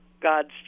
God's